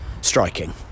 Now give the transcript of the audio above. striking